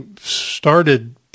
started